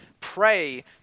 pray